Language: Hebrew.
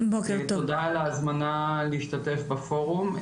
תודה על ההזמנה להשתתף בפורום,